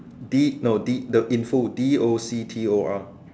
D no D no in full D O C T O